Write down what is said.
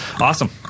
awesome